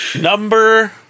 Number